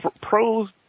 pros